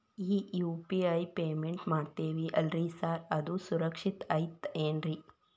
ಈ UPI payment ಮಾಡ್ತೇವಿ ಅಲ್ರಿ ಸಾರ್ ಅದು ಸುರಕ್ಷಿತ್ ಐತ್ ಏನ್ರಿ?